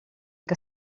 que